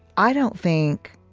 i don't think,